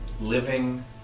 living